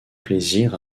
plaisir